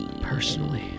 personally